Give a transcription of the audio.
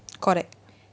correct